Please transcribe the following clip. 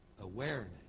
Awareness